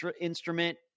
instrument